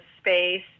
space